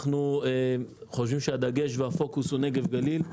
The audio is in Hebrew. אנחנו חושבים שהדגש והפוקוס הוא נגב גליל.